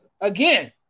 again